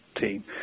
team